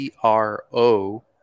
CRO